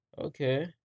Okay